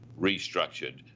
restructured